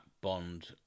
bond